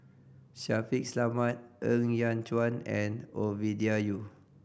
Shaffiq Selamat Ng Yat Chuan and Ovidia Yu